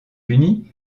unis